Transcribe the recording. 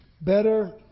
Better